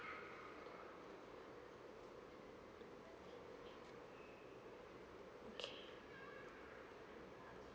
okay